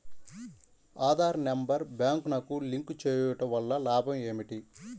Aadhaar number బ్యాంక్నకు link చేయుటవల్ల లాభం ఏమిటి?